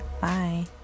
Bye